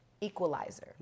equalizer